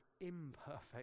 imperfect